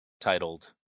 titled